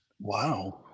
Wow